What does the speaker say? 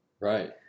Right